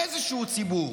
איזשהו ציבור